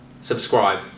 subscribe